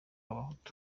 abahutu